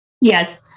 Yes